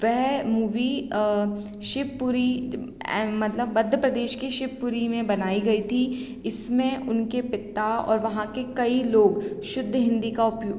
वह मूवी शिवपुरी मतलब मध्य प्रदेश की शिवपुरी में बनाई गई थी इसमें उनके पिता और वहाँ के कई लोग शुद्ध हिंदी का उपयोग